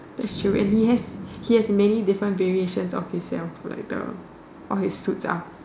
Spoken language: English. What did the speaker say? that's true and he has he has many different variations of himself like the all his suits are